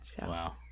Wow